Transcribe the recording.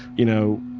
you know.